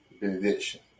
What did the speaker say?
Benediction